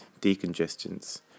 decongestants